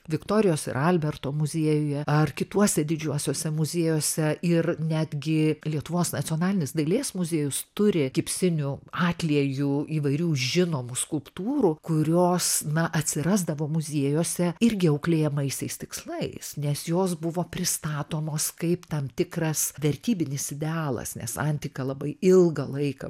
viktorijos ir alberto muziejuje ar kituose didžiuosiuose muziejuose ir netgi lietuvos nacionalinis dailės muziejus turi gipsinių atliejų įvairių žinomų skulptūrų kurios na atsirasdavo muziejuose irgi auklėjamaisiais tikslais nes jos buvo pristatomos kaip tam tikras vertybinis idealas nes antika labai ilgą laiką